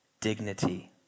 dignity